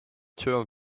term